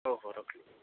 ହଉ ହଉ ରଖିଲି